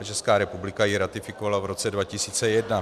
Česká republika ji ratifikovala v roce 2001.